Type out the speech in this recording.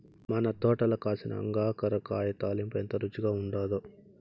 మన తోటల కాసిన అంగాకర కాయ తాలింపు ఎంత రుచిగా ఉండాదో